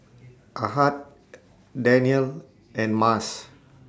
Ahad Danial and Mas